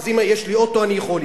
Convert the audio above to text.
אז אם יש לי אוטו אני יכול,